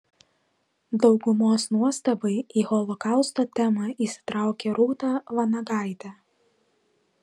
daugumos nuostabai į holokausto temą įsitraukė rūta vanagaitė